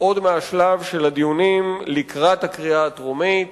עוד מהשלב של הדיונים לקראת הקריאה הטרומית